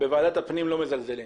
בוועדת הפנים לא מזלזלים.